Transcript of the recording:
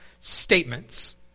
statements